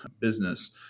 business